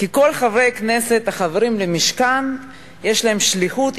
שכל חברי הכנסת החברים במשכן יש להם שליחות,